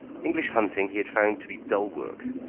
english hunting he had found to be dull work.